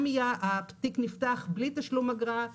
התיק נפתח בלי תשלום אגרה,